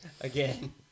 again